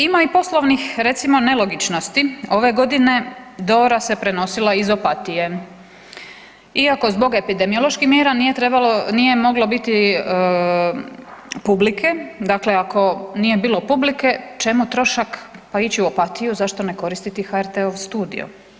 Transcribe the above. Ima i poslovnih recimo nelogičnosti, ove godine „Dora“ se prenosila iz Opatije iako zbog epidemioloških mjera nije trebalo, nije moglo biti publike, dakle ako nije bilo publike čemu trošak, pa ići u Opatiju, zašto ne koristiti HRT-ov studio.